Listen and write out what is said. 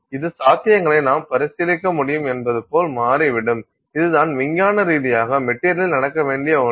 இது சாத்தியங்களை நாம் பரிசீலிக்க முடியும் என்பது போல மாறிவிடும் இது தான் விஞ்ஞான ரீதியாக மெட்டீரியலில் நடக்க வேண்டிய ஒன்று